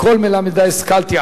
מכל מלמדי השכלתי.